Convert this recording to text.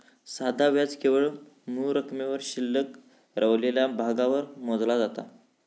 साधा व्याज केवळ मूळ रकमेवर शिल्लक रवलेल्या भागावर मोजला जाता